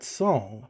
song